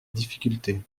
difficulté